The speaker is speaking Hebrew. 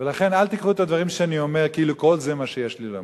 לכן אל תיקחו את הדברים שאני אומר כאילו כל זה מה שיש לי לומר.